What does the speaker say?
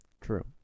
True